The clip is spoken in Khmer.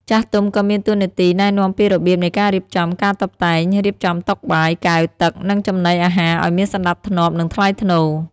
ចាស់ទុំក៏មានតួនាទី ណែនាំពីរបៀបនៃការរៀបចំ ការតុបតែង រៀបចំតុបាយ កែវ ទឹក និងចំណីអាហារឲ្យមានសណ្ដាប់ធ្នាប់ និងថ្លៃថ្នូរ។